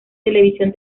televisión